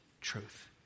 truth